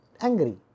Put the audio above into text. angry